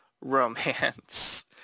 romance